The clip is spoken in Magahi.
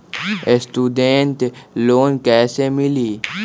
स्टूडेंट लोन कैसे मिली?